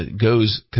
goes